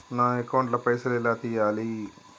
నా అకౌంట్ ల పైసల్ ఎలా తీయాలి?